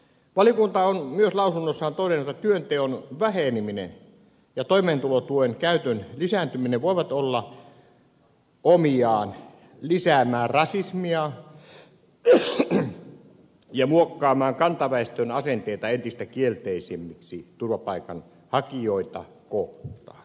valiokunta on myös lausunnossaan todennut että työnteon väheneminen ja toimeentulotuen käytön lisääntyminen voivat olla omiaan lisäämään rasismia ja muokkaamaan kantaväestön asenteita entistä kielteisemmiksi turvapaikanhakijoita kohtaan